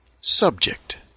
Subject